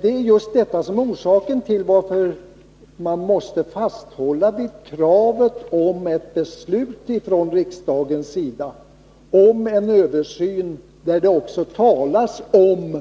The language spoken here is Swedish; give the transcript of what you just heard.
Det är just detta som är orsaken till att vi måste vidhålla kravet på ett beslut av riksdagen om en översyn som också talar om